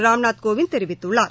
ராம்நாத் கோவிந்த் தெரிவித்துள்ளார்